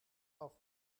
auch